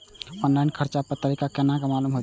Online कर्जा भरे के तारीख केना मालूम होते?